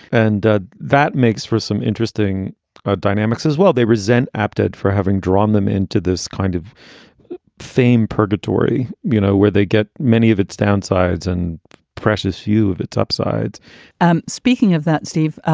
and ah that makes for some interesting ah dynamics as well. they resent apted for having drawn them into this kind of fame purgatory. you know, where they get many of its downsides and precious few of its upsides and speaking of that, steve,